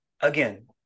again